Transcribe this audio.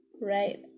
right